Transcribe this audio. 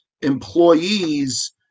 employees